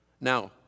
Now